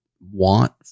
want